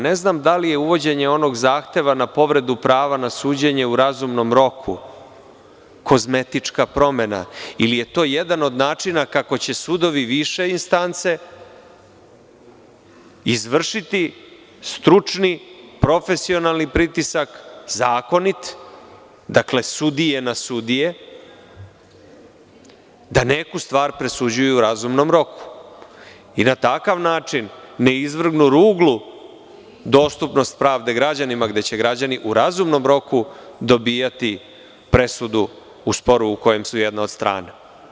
Ne znam da li uvođenje onog zahteva na povredu prava na suđenje u razumnom roku, da li je kozmetička promena ili je to jedan od načina kako će sudovi više instance, izvršiti stručni, profesionalni pritisak zakonit, sudije na sudije, da neku stvar presuđuju u razumnom roku i na takav način ne izvrgnu ruglu dostupnost pravde građanima gde će građani u razumnom roku dobijati presudu u sporu u kojem su, jedna od strana.